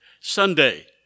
Sunday